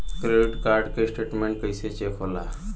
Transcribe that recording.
Credit card के statement कइसे check होला?